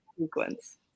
sequence